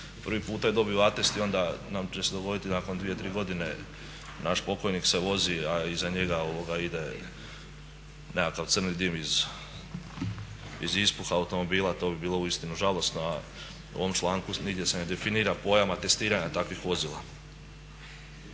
prvi puta i dobiju atest i onda nam … dogoditi nakon 2-3 godine naš pokojnik se vozi, a iza njega ide nekakav crni dim iz ispuha automobila. To bi bilo uistinu žalosno, a u ovom članku nigdje se ne definira pojam atestiranja takvih vozila.